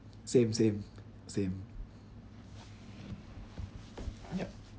same same same yup